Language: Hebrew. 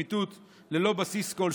לצמיתות של דרעי מהפוליטיקה ללא בסיס כלשהו,